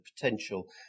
potential